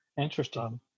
Interesting